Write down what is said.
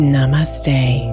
Namaste